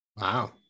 wow